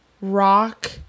rock